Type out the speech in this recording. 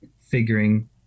figuring